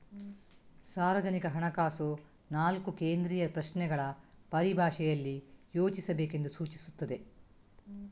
ಸಾರ್ವಜನಿಕ ಹಣಕಾಸು ನಾಲ್ಕು ಕೇಂದ್ರೀಯ ಪ್ರಶ್ನೆಗಳ ಪರಿಭಾಷೆಯಲ್ಲಿ ಯೋಚಿಸಬೇಕೆಂದು ಸೂಚಿಸುತ್ತದೆ